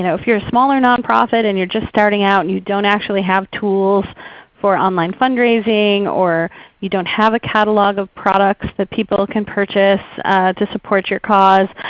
if you're a smaller nonprofit and you're just starting out and you don't actually have tools for online fundraising, or you don't have a catalog of products that people can purchase to support your cause.